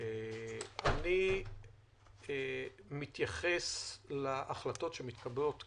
אני מתייחס להחלטות שמתקבלות כאן,